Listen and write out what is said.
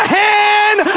hand